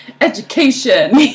Education